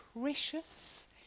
precious